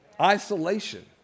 Isolation